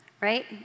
right